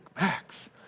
Max